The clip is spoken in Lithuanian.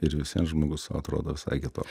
ir vis vien žmogus atrodo visai kitoks